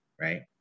right